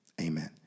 Amen